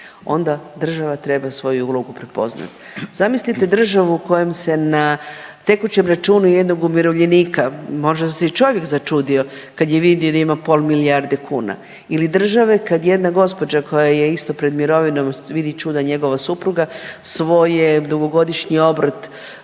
onda država treba svoju ulogu prepoznati. Zamislite državu kojom se na tekućem računu jednog umirovljenika, možda se i čovjek začudio, kad je vidio da ima pola milijarde kuna ili države kad jedna gospođa koja je isto pred mirovinom, vidi čuda, njegova supruga svoje dugogodišnji obrt